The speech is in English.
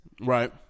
Right